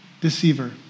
deceiver